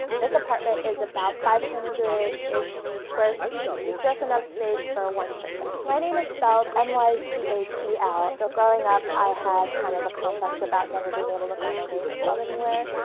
this apartment is about five hundred ish square feet, so just enough space for one person. my name is spelled m y c h e l, so growing up i had kind of a complex about never being able to find my name spelled anywhere.